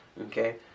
okay